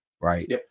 right